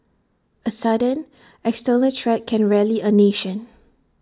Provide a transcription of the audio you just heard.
A sudden external threat can rally A nation